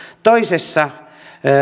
toisessa